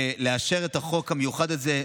לאשר את החוק המיוחד הזה.